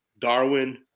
Darwin